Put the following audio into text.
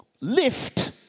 lift